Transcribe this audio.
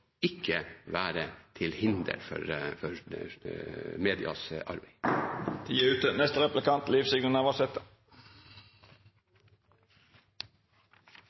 ikke være til hinder for